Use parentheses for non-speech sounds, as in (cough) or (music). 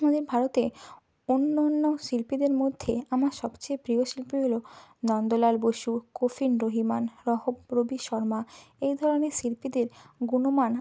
(unintelligible) ভারতে অন্য অন্য শিল্পীদের মধ্যে আমার সবচেয়ে প্রিয় শিল্পী হলো নন্দলাল বসু কোফিন রহমান রহ রবি শর্মা এই ধরনের শিল্পীদের গুণমান